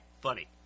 funny